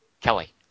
Kelly